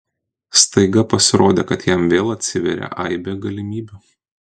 staiga pasirodė kad jam vėl atsiveria aibė galimybių